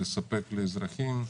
לספק לאזרחים,